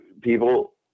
people